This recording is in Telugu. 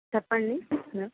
చెప్పండి